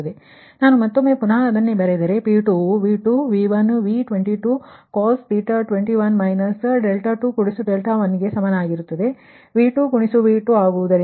ಆದ್ದರಿಂದ ನಾನು ಮತ್ತೊಮ್ಮೆ ಪುನಃ ಬರೆದರೆ ಅದು P2 ವು V2cos 21 21 ಗೆ ಸಮಾನವಾಗಿರುತ್ತದೆ ಮತ್ತು ನಂತರ V2V2 ಆಗುವುದು